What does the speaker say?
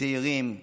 צעירים,